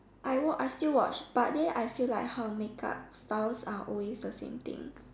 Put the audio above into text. I watch I still watch but then I feel like how make up styles are always the same thing